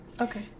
Okay